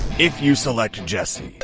if you select jesse